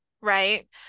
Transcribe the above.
right